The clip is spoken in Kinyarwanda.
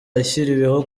yashyiriweho